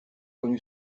connu